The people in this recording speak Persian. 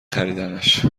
خریدمش